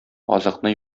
азыкны